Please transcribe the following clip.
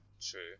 true